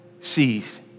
sees